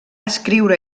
escriure